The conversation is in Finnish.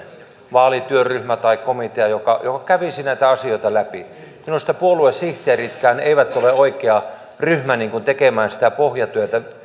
vaalityöryhmä tai komitea joka kävisi näitä asioita läpi minusta puoluesihteeritkään eivät ole oikea ryhmä tekemään sitä pohjatyötä